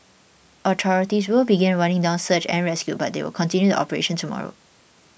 authorities will begin running down search and rescue but they will continue the operation tomorrow